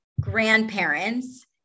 grandparents-